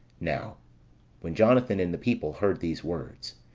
now when jonathan and the people heard these words,